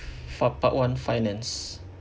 fa~ part one finance